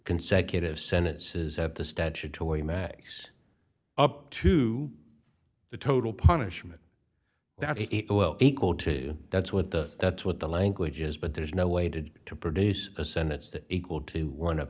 consecutive sentences at the statutory max up to the total punishment that is equal to that's what the that's what the language is but there's no way to to produce a senate's that equal to one of